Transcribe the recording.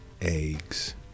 eggs